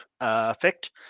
effect